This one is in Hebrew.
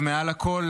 ומעל לכול,